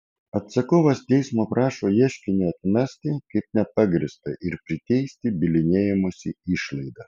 atsakovas teismo prašo ieškinį atmesti kaip nepagrįstą ir priteisti bylinėjimosi išlaidas